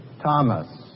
Thomas